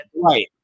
Right